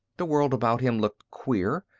the world about him looked queer,